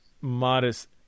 modest